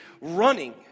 running